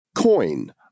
Coin